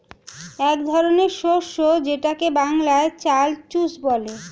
এক ধরনের শস্য যেটাকে বাংলায় চাল চুষ বলে